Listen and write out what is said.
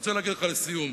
רוצה להגיד לך, לסיום.